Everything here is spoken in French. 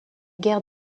guerres